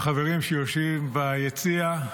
החברים שיושבים ביציע,